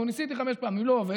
נו, ניסיתי חמש פעמים, לא עובד.